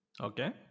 Okay